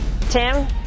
Tim